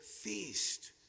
feast